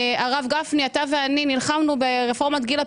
הרב גפני, אתה ואני נלחמנו ברפורמת גיל הפרישה,